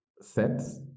sets